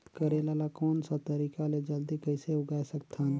करेला ला कोन सा तरीका ले जल्दी कइसे उगाय सकथन?